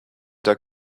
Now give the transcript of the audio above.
der